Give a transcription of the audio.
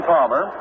Palmer